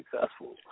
successful